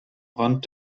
rand